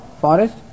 forest